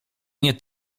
nie